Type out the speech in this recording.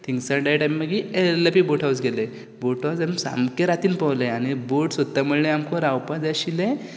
थिंगसान direct आमी मागीर लेपी बोट हावज गेले बोट हावज आमी सामकें रातीन पावले आनी बोट सोदता म्हळ्यार आमकां रावपाक जाय आशिल्लें